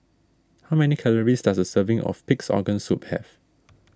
how many calories does a serving of Pig's Organ Soup have